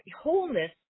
wholeness